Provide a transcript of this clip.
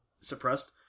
suppressed